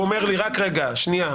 הוא אומר לי רק רגע שנייה,